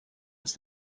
els